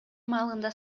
маалында